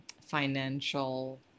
financial